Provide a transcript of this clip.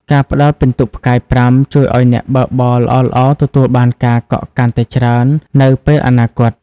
ការផ្តល់ពិន្ទុផ្កាយ ៥ ជួយឱ្យអ្នកបើកបរល្អៗទទួលបានការកក់កាន់តែច្រើននៅពេលអនាគត។